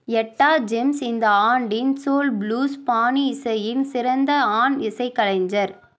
எட்டா ஜேம்ஸ் இந்த ஆண்டின் ஸ்சூல் ப்ளூஸ் பாணி இசையின் சிறந்த ஆண் இசைக்கலைஞர்